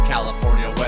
California